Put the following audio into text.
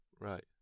Right